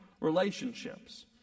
relationships